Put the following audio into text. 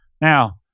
Now